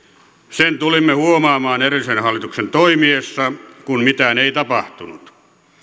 sen tulimme huomaamaan edellisen hallituksen toimiessa kun mitään ei tapahtunut